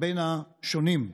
בין השונים.